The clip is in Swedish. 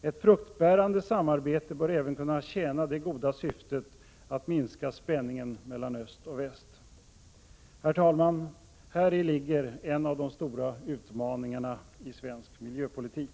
Ett fruktbärande samarbete bör även kunna tjäna det goda syftet att minska spänningen mellan öst och väst. Herr talman! Häri ligger en av de stora utmaningarna i svensk miljöpolitik.